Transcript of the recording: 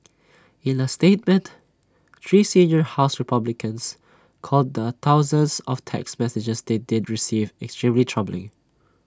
in A statement three senior house republicans called the thousands of text messages they did receive extremely troubling